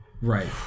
right